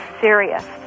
serious